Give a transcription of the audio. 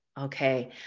Okay